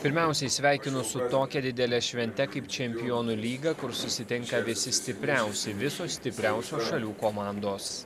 pirmiausiai sveikinu su tokia didele švente kaip čempionų lyga kur susitinka visi stipriausi visos stipriausios šalių komandos